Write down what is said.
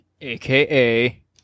AKA